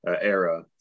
era